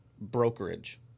Brokerage